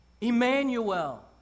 Emmanuel